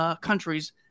countries